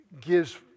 gives